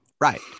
Right